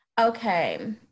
Okay